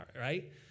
right